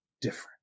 different